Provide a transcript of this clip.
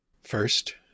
First